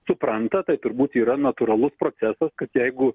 supranta tai turbūt yra natūralus procesas kad jeigu